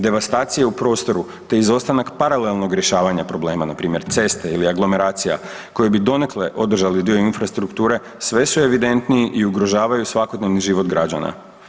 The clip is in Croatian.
Devastacije u prostoru te izostanak paralelnog rješavanja problema npr. ceste ili aglomeracija koje bi donekle održali dio infrastrukture sve su evidentniji i ugrožavaju svakodnevni život građana.